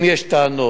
אם יש טענות,